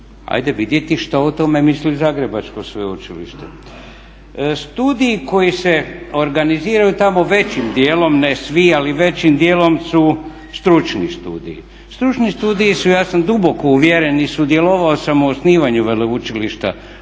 ćete vidjeti što o tome misli zagrebačko sveučilište. Studiji koji se organiziraju tamo većim dijelom ne svi, ali većim dijelom su stručni studiji. Stručni studiji su ja sam duboko uvjeren i sudjelovao sam u osnivanju veleučilišta